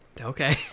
Okay